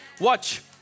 Watch